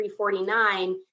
349